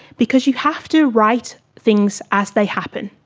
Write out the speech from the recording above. because you have to write things as they happen.